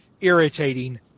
irritating